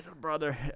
brother